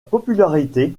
popularité